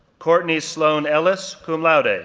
courtney sloan ellis, cum laude, ah